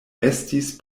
estis